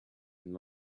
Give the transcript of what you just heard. and